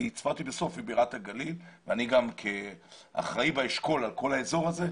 כי סוף צפת היא בירת הגליל ואני כאחראי באשכול על כל האזור הזה,